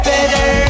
Better